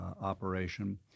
operation